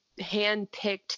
handpicked